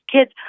kids